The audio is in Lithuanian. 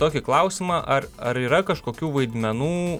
tokį klausimą ar ar yra kažkokių vaidmenų